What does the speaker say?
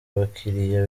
abakiriya